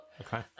Okay